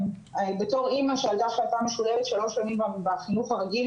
בתור אימא שהילדה שלה הייתה משולבת שלוש שנים בחינוך הרגיל